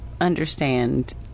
understand